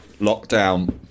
lockdown